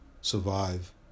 survive